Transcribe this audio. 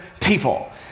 people